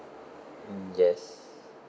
um yes